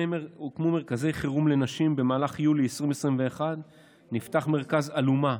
מרכזי חירום לנשים במהלך יולי 2021. נפתח מרכז אלומה,